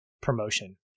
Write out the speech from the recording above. promotion